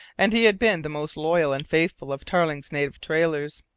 and he had been the most loyal and faithful of tarling's native trailers.